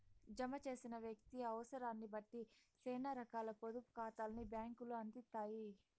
జమ చేసిన వ్యక్తి అవుసరాన్నిబట్టి సేనా రకాల పొదుపు కాతాల్ని బ్యాంకులు అందిత్తాయి